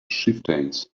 chieftains